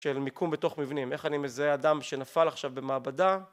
של מיקום בתוך מבנים, איך אני מזהה אדם שנפל עכשיו במעבדה